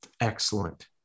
Excellent